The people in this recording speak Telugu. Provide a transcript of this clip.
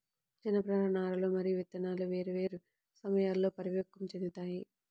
జనపనార నారలు మరియు విత్తనాలు వేర్వేరు సమయాల్లో పరిపక్వం చెందుతాయి